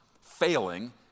failing